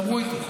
דברו איתי.